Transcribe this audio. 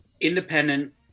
independent